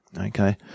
Okay